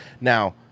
Now